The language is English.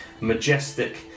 Majestic